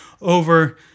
over